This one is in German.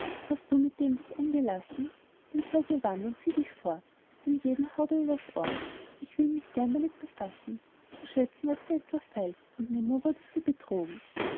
hast du mit dem dich eingelassen dann sei gewarnt und sieh dich vor denn jeden haut er übers ohr ich will mich gern damit befassen zu schätzen was dir etwa feil und nimmer würdest du betrogen